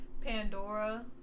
Pandora